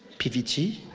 pvt.